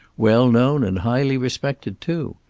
well known and highly respected, too.